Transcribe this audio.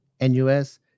NUS